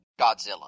Godzilla